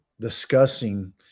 discussing